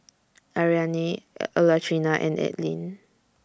Ariane Latrina and Adline